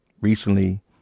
recently